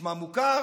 נשמע מוכר.